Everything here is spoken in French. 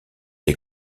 des